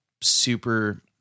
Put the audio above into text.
super